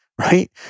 right